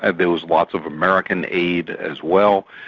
and there was lots of american aid as well.